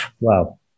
Wow